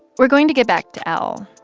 we're going to get back to l.